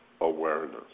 awareness